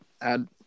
add